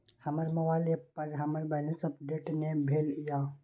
हमर mobile app पर हमर बैलेंस अपडेट ने भेल या